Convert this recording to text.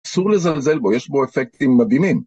א‫סור לזלזל בו, יש בו אפקטים מדהימים.